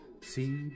See